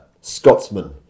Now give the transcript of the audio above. Scotsman